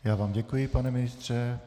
Já vám děkuji, pane ministře.